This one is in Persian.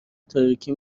تاریکی